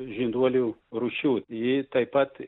žinduolių rūšių ji taip pat